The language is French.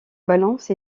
balance